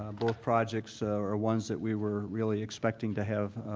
both projects are ones that we were really expecting to have